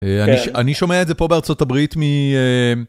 אני שומע כן אני שומע את זה פה בארצות הברית מ...